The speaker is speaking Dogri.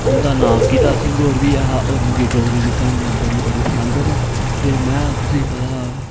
उंदा नां गीता सिंह् और बी हा और मिगी डोगरी दियां क्हानियां बड़ी बड़ी पसंद ना में तुसेंगी पता